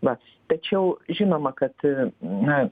va tačiau žinoma kad na